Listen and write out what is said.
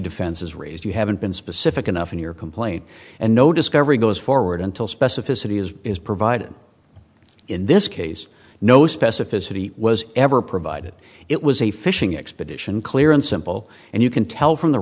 defenses raise you haven't been specific enough in your complaint and no discovery goes forward until specificity as is provided in this case no specificity was ever provided it was a fishing expedition clear and simple and you can tell from the